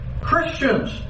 Christians